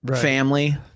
family